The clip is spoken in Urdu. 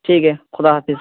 ٹھیک ہے خدا حافظ